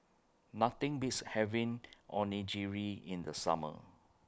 Nothing Beats having Onigiri in The Summer